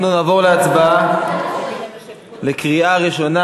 אנחנו נעבור להצבעה בקריאה ראשונה.